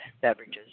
beverages